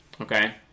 okay